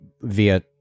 via